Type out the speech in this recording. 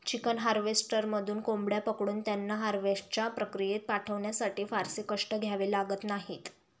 chicken हार्वेस्टरमधून कोंबड्या पकडून त्यांना हार्वेस्टच्या प्रक्रियेत पाठवण्यासाठी फारसे कष्ट घ्यावे लागत नाहीत